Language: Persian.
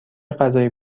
غذای